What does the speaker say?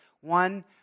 one